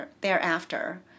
thereafter